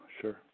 sure